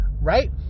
right